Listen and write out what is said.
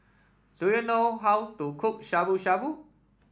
do you know how to cook Shabu Shabu